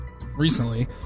recently